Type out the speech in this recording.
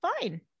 fine